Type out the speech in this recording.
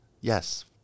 Yes